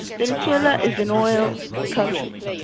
venezuela is an oil country.